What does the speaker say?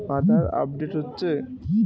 আধার update হচ্ছে?